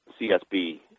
CSB